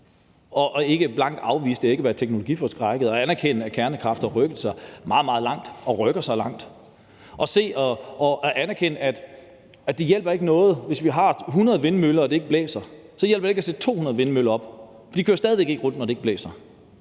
og ikke blankt afvise det, ikke være teknologiforskrækkede, men anerkende, at kernekraft har rykket sig meget, meget langt og rykker sig langt, og se og anerkende, at det ikke hjælper noget, hvis vi har 100 vindmøller, og det ikke blæser, at sætte 200 vindmøller op. De kører stadig væk ikke rundt, når det ikke blæser.